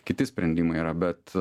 kiti sprendimai yra bet